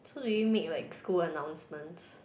so do you make like school announcements